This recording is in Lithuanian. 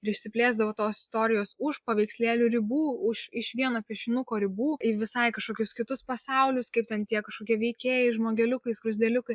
ir išsiplėsdavo tos istorijos už paveikslėlių ribų už iš vieno piešinuko ribų į visai kažkokius kitus pasaulius kaip ten tie kažkokie veikėjai žmogeliukai skruzdėliukai